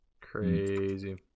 Crazy